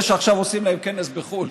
אלה שעכשיו עושים להם כנס בחו"ל,